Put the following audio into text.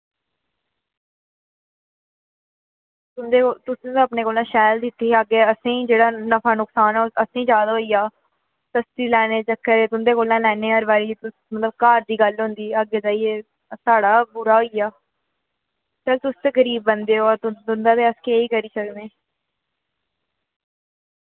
तुं'दे कोल तुस ते अपने कोला शैल दित्ती ही अग्गे असें ही जेह्ड़ा नफा नुकसान ऐ ओ असेंगी ज्यादा होइया सस्ती लैने दे चक्करें तुं'दे कोला लैने हर वारि तुस मतलब घर दी गल्ल होंदी अग्गे जाइये साढ़ा बुरा होइया चल तुस ते गरीब बंदे ओ तुस तुं'दा ते अस केह् ही करी सकने